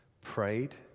prayed